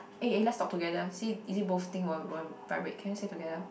eh let's talk together see is it both thing won't won't vibrate can we say together